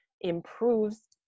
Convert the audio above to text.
improves